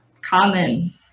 common